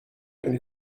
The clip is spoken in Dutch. een